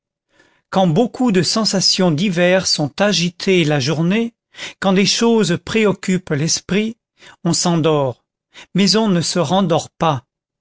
quand beaucoup de sensations diverses ont agité la journée quand des choses préoccupent l'esprit on s'endort mais on ne se rendort pas